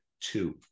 two